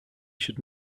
should